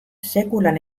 sekula